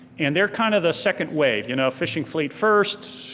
and they're kind of the second wave. you know fishing fleet first,